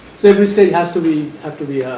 so, every stage has to be have to be